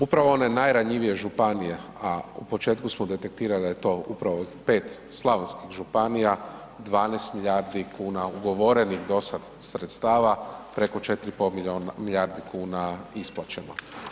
Upravo one najranjivije županije, a u početku smo detektirali da je to upravo 5 slavonskih županija, 12 milijardi kuna ugovorenih dosad sredstava, preko 4,5 milijardi kuna isplaćeno.